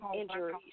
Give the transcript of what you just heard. injuries